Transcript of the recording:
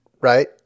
right